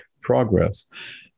progress